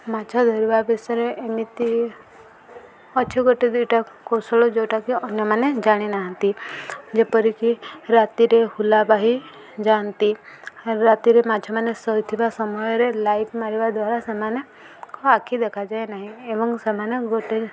ମାଛ ଧରିବା ବିଷୟରେ ଏମିତି ଅଛି ଗୋଟେ ଦିଇଟା କୌଶଳ ଯୋଉଟାକି ଅନ୍ୟମାନେ ଜାଣିନାହାନ୍ତି ଯେପରିକି ରାତିରେ ହୁଲାବାହି ଯାଆନ୍ତି ରାତିରେ ମାଛମାନେ ଶୋଇଥିବା ସମୟରେ ଲାଇଟ୍ ମାରିବା ଦ୍ୱାରା ସେମାନଙ୍କୁ ଆଖି ଦେଖାଯାଏ ନାହିଁ ଏବଂ ସେମାନେ ଗୋଟେ